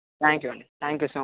thank you అండి thank you so much